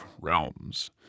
realms